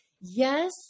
Yes